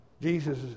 Jesus